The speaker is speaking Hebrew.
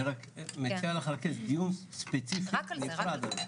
אני מציע לך לרכז דיון ספציפי נפרד.